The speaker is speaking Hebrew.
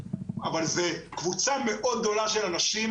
אבל זו קבוצה מאוד גדולה של אנשים,